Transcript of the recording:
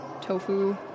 tofu